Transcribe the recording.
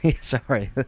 Sorry